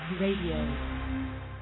Radio